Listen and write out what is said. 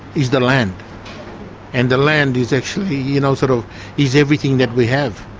is the land and the land is actually, you know, sort of is everything that we have.